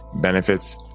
benefits